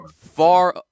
far